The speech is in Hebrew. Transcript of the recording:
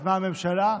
שיזמה הממשלה.